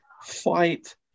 fight